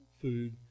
food